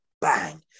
bang